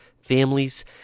families